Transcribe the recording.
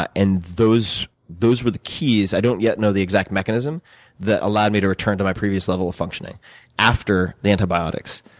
ah and those those were the keys i don't yet know the exact mechanism that allowed me to return to my previous level of functioning after the antibiotics.